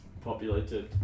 populated